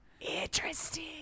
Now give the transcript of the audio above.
Interesting